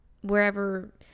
wherever